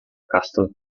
castle